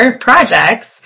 projects